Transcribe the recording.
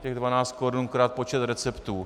Těch 12 korun krát počet receptů.